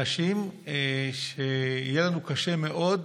אנשים שיהיה לנו קשה מאוד,